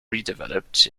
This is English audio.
redeveloped